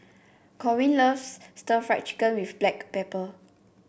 Corwin loves Stir Fried Chicken with Black Pepper